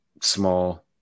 small